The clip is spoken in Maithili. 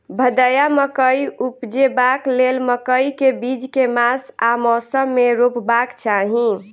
भदैया मकई उपजेबाक लेल मकई केँ बीज केँ मास आ मौसम मे रोपबाक चाहि?